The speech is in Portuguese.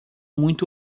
muito